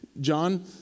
John